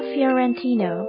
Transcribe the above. Fiorentino